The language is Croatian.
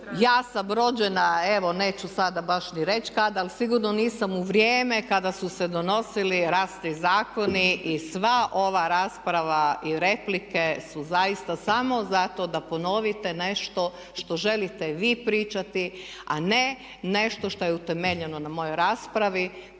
ja sam rođena evo neću sada baš ni reći kada ali sigurno nisam u vrijeme kada su se donosili razni zakoni i sva ova rasprava i replike su zaista samo zato da ponovite nešto što želite vi pričati a ne nešto što je utemeljeno na mojoj raspravi,